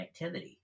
connectivity